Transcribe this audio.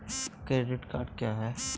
Credit card क्या होता है?